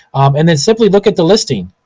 and then simply look at the listing.